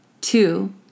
Two